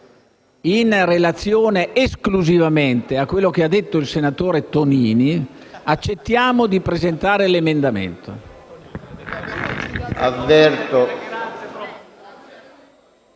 in relazione esclusivamente a quanto ha detto il senatore Tonini, accettiamo di presentare l'emendamento.